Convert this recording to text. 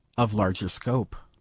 of larger scope.